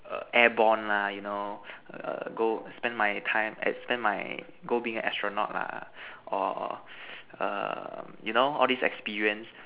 err airborne lah you know err go spend my time spend my go being an astronaut lah or err you know all these experience